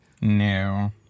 No